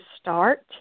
start